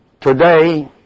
Today